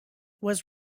was